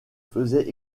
faisait